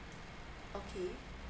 okay